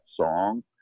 song